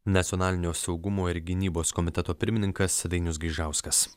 nacionalinio saugumo ir gynybos komiteto pirmininkas dainius gaižauskas